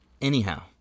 Anyhow